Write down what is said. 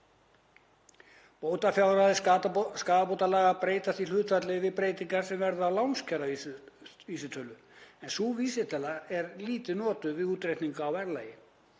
Bótafjárhæðir skaðabótalaga breytast í hlutfalli við breytingar sem verða á lánskjaravísitölu en sú vísitala er lítið notuð við útreikning á verðlagi.